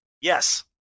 yes